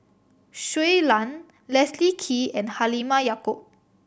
Shui Lan Leslie Kee and Halimah Yacob